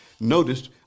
noticed